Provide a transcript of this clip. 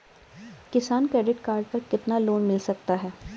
किसान credit card पर कितना लोंन मिल सकता है?